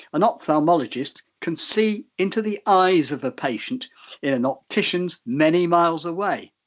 an ophthalmologist can see into the eyes of a patient in an optician's many miles away.